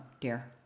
dear